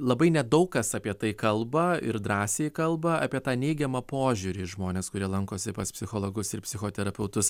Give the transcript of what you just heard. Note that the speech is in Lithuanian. labai nedaug kas apie tai kalba ir drąsiai kalba apie tą neigiamą požiūrį į žmones kurie lankosi pas psichologus ir psichoterapeutus